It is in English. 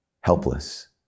helpless